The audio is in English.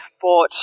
bought